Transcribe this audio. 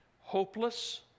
hopeless